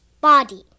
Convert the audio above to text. Body